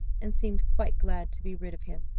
and seemed quite glad to be rid of him.